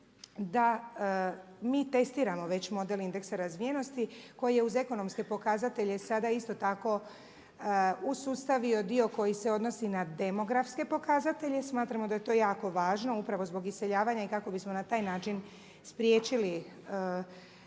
da mi testiramo već model indeksa razvijenosti koji je uz ekonomske pokazatelje sada isto tako usustavio dio koji se odnosi na demografske pokazatelje. Smatramo da je to jako važno upravo zbog iseljavanja i kako bismo na taj način spriječili